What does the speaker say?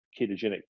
ketogenic